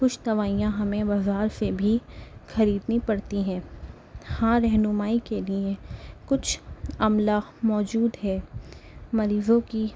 کچھ دوائیاں ہمیں بازار سے بھی خریدنی پڑتی ہیں ہاں رہنمائی کے لئے کچھ عملہ موجود ہے مریضوں کی